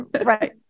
Right